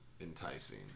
enticing